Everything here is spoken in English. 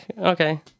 okay